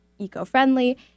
eco-friendly